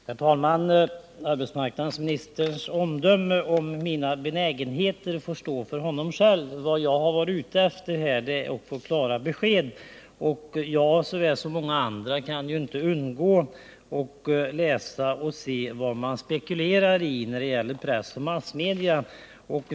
Herr talman! Arbetsmarknadsministerns omdöme om mina benägenheter får stå för honom själv. Vad jag har varit ute efter här är att få klara besked. Jag, liksom många andra, kan inte undgå att läsa och se vad man spekulerar i när det gäller press och massmedia i övrigt.